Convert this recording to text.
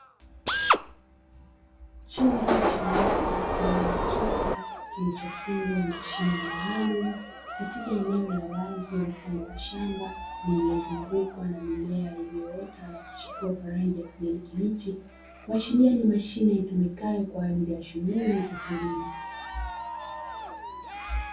Chombo cha moto aina ya trekta kulichofungwa mashine maalumu, katika eneo la wazi mfano wa shamba lililozungukwa na mimea iliyoota na kuchipua kwa rangi ya kijani kibichi, kuashiria ni mashine itumikayo kwa ajili ya shughuli za kilimo.